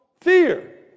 fear